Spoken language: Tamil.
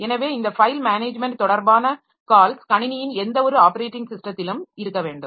எனவே இந்த ஃபைல் மேனேஜ்மென்ட் தொடர்பான கால்ஸ் கணினியின் எந்தவொரு ஆப்பரேட்டிங் ஸிஸ்டத்திலும் இருக்க வேண்டும்